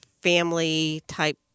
family-type